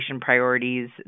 priorities